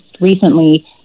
recently